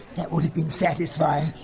that would have been satisfying!